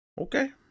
Okay